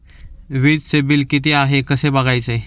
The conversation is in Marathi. वीजचे बिल किती आहे कसे बघायचे?